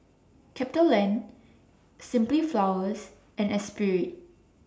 CapitaLand Simply Flowers and Espirit